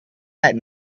heck